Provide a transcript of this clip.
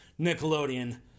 Nickelodeon